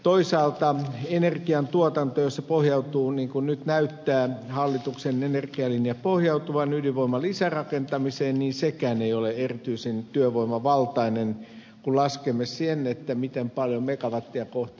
toisaalta jos energiantuotanto pohjautuu niin kuin nyt näyttää hallituksen energialinja pohjautuvan ydinvoiman lisärakentamiseen niin sekään ei ole erityisen työvoimavaltainen kun laskemme sen miten paljon megawattia kohti tarvitaan työvoimaa